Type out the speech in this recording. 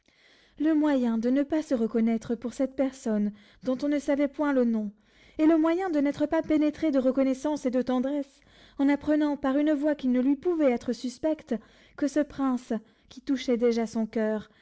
le moyen de ne se pas reconnaître pour cette personne dont on ne savait point le nom et le moyen de n'être pas pénétrée de reconnaissance et de tendresse en apprenant par une voie qui ne lui pouvait être suspecte que ce prince qui touchait déjà son coeur